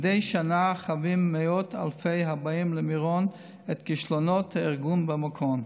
מדי שנה חווים מאות אלפי הבאים למירון את כישלונות הארגון במקום.